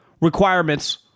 requirements